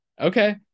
Okay